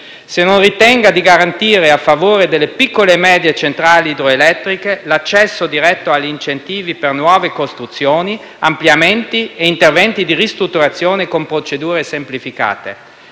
se non ritenga di garantire, a favore delle piccole e medie centrali idroelettriche, l'accesso diretto agli incentivi per nuove costruzioni, ampliamenti e interventi di ristrutturazione con procedure semplificate.